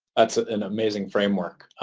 that's an amazing framework.